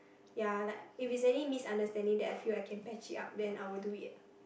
ya like if is any misunderstanding that I feel I can patch it up then I would do it